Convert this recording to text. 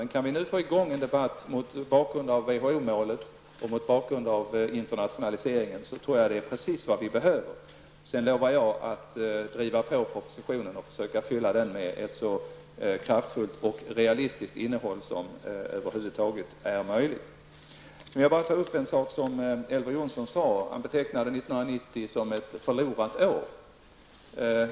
Men om vi nu kan få till stånd en debatt mot bakgrund av WHO-målet och internationaliseringen, så är det precis vad som behövs. Jag lovar att försöka fylla propositionen med ett så kraftfullt och realistiskt innehåll som det över huvud taget är möjligt. Elver Jonsson betecknade 1990 som ett förlorat år.